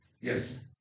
yes